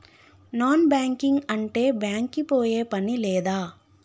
Non banking అంటే bank కి పోయే పని లేదా?